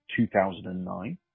2009